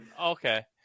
Okay